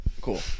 Cool